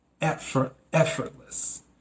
effortless